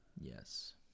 Yes